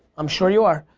i'm sure you are.